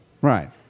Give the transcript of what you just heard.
Right